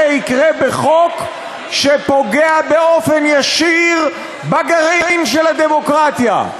יקרה בחוק שפוגע באופן ישיר בגרעין של הדמוקרטיה.